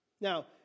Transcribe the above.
Now